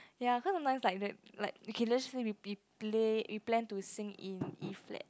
ya cause sometimes like that like okay let's just say we plan to sing in E flat